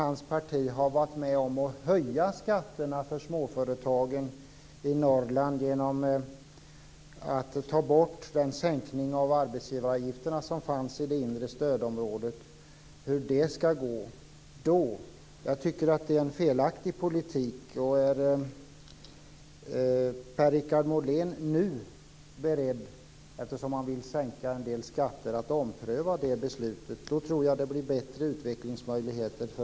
Hans parti har varit med om att höja skatterna för småföretagen i Norrland genom att ta bort den sänkning av arbetsgivaravgifterna som fanns i det inre stödområdet: Hur skall det gå då? Jag tycker att det är en felaktig politik. Är Per-Richard Molén nu beredd, eftersom han vill sänka en del skatter, att ompröva det beslutet? Då blir det bättre utvecklingsmöjligheter för